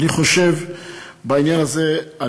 אני חושב בעניין הזה,